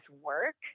work